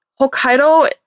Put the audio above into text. hokkaido